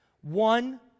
one